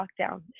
lockdown